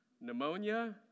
Pneumonia